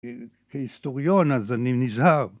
כהיסטוריון אז אני נזהר.